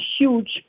huge